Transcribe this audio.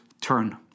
turn